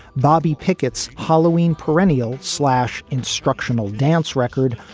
bobby pickett's halloween perennial slash instructional dance record,